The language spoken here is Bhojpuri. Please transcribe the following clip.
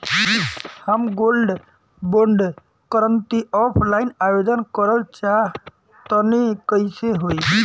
हम गोल्ड बोंड करंति ऑफलाइन आवेदन करल चाह तनि कइसे होई?